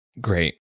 Great